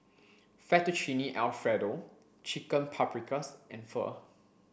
Fettuccine Alfredo Chicken Paprikas and Pho